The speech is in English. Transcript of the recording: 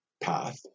path